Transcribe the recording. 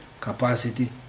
capacity